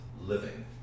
living